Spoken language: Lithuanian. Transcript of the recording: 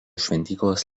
šventyklos